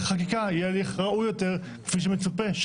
החקיקה יהיה הליך ראוי יותר כפי שמצופה.